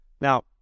Now